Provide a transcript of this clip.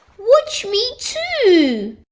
watch me too!